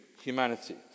humanity